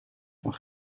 van